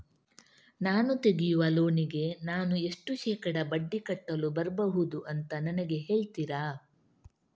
ನಾನು ತೆಗಿಯುವ ಲೋನಿಗೆ ನಾನು ಎಷ್ಟು ಶೇಕಡಾ ಬಡ್ಡಿ ಕಟ್ಟಲು ಬರ್ಬಹುದು ಅಂತ ನನಗೆ ಹೇಳ್ತೀರಾ?